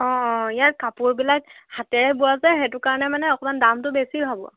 অ অ ইয়াৰ কাপোৰবিলাক হাতেৰে বোৱা যে সেইকাৰণে মানে অকণমান দামটো বেছি হ'ব